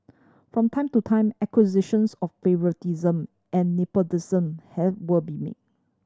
from time to time accusations of favouritism and nepotism have will be made